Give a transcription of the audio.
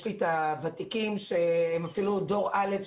יש לי את הוותיקים שהם אפילו דור א'.